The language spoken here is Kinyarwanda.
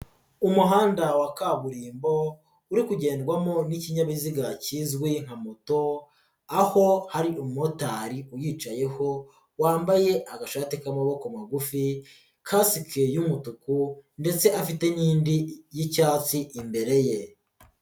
Umuhanda wa kaburimbo uri kugenrwamo n'ikinyabiziga kizwi nka moto, aho hari umumotari uyicayeho wambaye agashati k'amaboko magufi, kasike y'umutuku ndetse afite n'indi y'icyatsi imbere ye.